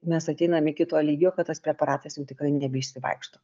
mes ateinam iki to lygio kad tas preparatas jau tikrai nebeišsivaikšto